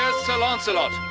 sir lancelot,